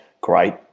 Great